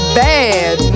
bad